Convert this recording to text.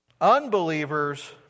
Unbelievers